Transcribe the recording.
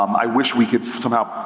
um i wish we could somehow,